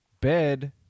Bed